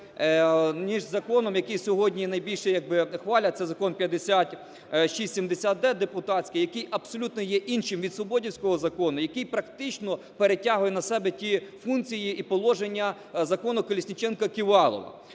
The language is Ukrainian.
між законом, який сьогодні найбільше якби хвалять, це Закон 5670-д депутатський, який абсолютно є іншим від свіободівського закону, який практично перетягує на себе ті функції і положення Закону "Колесніченка-Ківалова".